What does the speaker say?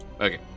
Okay